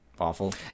awful